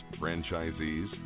franchisees